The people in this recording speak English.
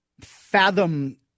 fathom